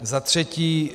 Za třetí.